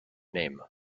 name